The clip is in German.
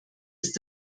ist